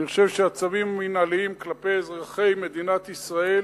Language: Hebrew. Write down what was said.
אני חושב שהצווים המינהליים כלפי אזרחי מדינת ישראל